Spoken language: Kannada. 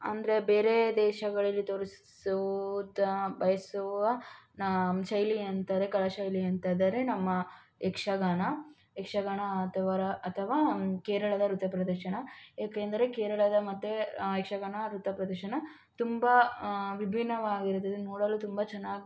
ಅಂದರೆ ಬೇರೆ ದೇಶಗಳಲ್ಲಿ ತೋರಿಸೋದ ಬಯಸುವ ನಮ್ಮ ಶೈಲಿ ಅಂದರೆ ಕಲಾಶೈಲಿ ಅಂತಂದರೆ ನಮ್ಮ ಯಕ್ಷಗಾನ ಯಕ್ಷಗಾನ ಅತವರ ಅಥವಾ ಕೇರಳದ ನೃತ್ಯ ಪ್ರದರ್ಶನ ಏಕೆಂದರೆ ಕೇರಳದ ಮತ್ತು ಯಕ್ಷಗಾನ ನೃತ್ಯ ಪ್ರದರ್ಶನ ತುಂಬ ವಿಭಿನ್ನವಾಗಿರುತ್ತದೆ ನೋಡಲು ತುಂಬ ಚೆನ್ನಾಗಿ